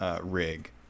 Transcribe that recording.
Rig